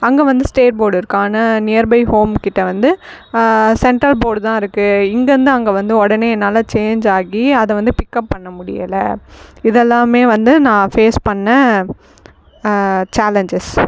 அங்கே வந்து state board இருக்குது ஆனால் நியர்பை ஹோம்கிட்ட வந்து சென்ட்ரல் போடு தான் இருக்குது இங்கேருந்து அங்கே வந்து உடனே என்னால் ச்சேன்ஜ் ஆகி அதை வந்து பிக்அப் பண்ண முடியல இதெல்லாமே வந்து நான் ஃபேஸ் பண்ண ச்சேலன்ஜஸ்